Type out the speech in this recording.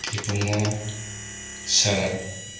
ꯏꯕꯨꯡꯉꯣ ꯁꯔꯠ